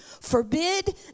forbid